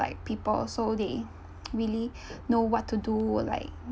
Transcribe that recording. like people so they really know what to do like